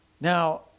Now